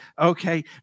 Okay